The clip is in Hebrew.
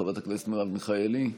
חברת הכנסת מרב מיכאלי,